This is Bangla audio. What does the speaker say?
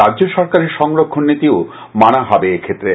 রাজ্য সরকারের সংরক্ষণ নীতিও মানা হবে এক্ষেত্রে